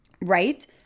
Right